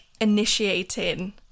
initiating